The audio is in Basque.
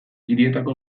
hirietako